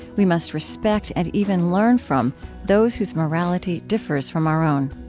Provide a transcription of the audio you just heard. we must respect and even learn from those whose morality differs from our own.